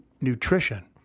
nutrition